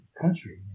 country